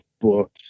books